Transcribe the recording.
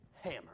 hammer